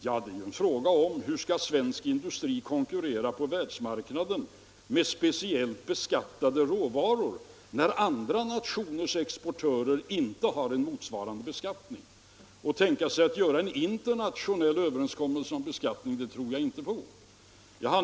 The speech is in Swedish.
Ja, det är en fråga om svensk industri skall konkurrera på världsmarknaden med speciellt beskattade råvaror när andra nationers exportörer inte har en motsvarande beskattning. En internationell överenskommelse om beskattning tror jag inte är tänkbar.